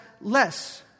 less